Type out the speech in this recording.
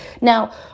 Now